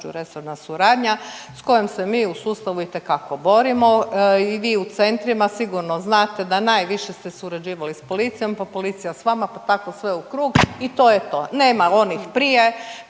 međuresorna suradnja s kojom se mi u sustavu itekako borimo i vi u centrima sigurno znate da najviše ste surađivali s policijom, pa policija s vama, pa tako sve u krug i to je to, nema onih prije,